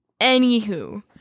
Anywho